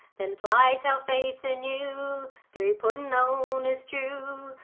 then plight our faith anew three puddin'-owners true,